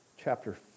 chapter